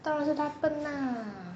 当然是他笨 lah